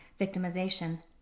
victimization